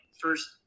first